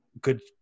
Good